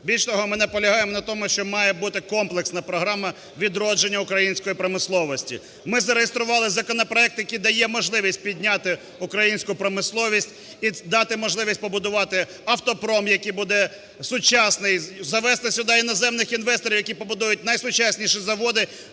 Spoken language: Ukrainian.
Більше того, ми наполягаємо на тому, що має бути комплексна програма відродження української промисловості. Ми зареєстрували законопроект, який дає можливість підняти українську промисловість і дати можливість побудувати автопром, який буде сучасний, завести сюди іноземних інвесторів, які побудують найсучасніші заводи